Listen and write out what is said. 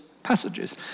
Passages